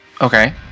Okay